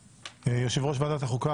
יושב ראש ועדת החוקה,